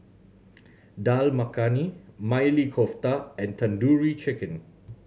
Dal Makhani Maili Kofta and Tandoori Chicken